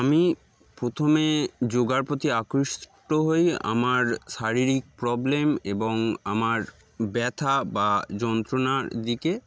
আমি প্রথমে যোগার প্রতি আকৃষ্ট হই আমার শারীরিক প্রবলেম এবং আমার ব্যথা বা যন্ত্রণার দিকে